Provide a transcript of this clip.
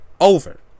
Over